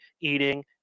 eating